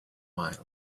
mild